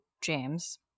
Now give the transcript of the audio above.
James